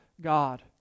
God